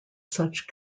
such